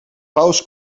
paus